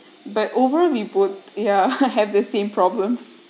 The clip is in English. but over we both ya have the same problems